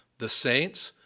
the saints,